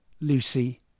Lucy